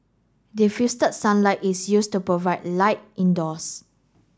diffuse sunlight is used to provide light indoors